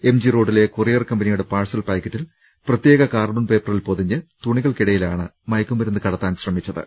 M G റോഡിലെ courier കമ്പനിയുടെ parcel പാക്കറ്റിൽ പ്രത്യേക കാർബൺ പേപ്പറിൽ പൊതിഞ്ഞ് തുണികൾക്കിട യിലാണ് മയക്കുമരുന്ന് കടത്താൻ ശ്രമിച്ചത്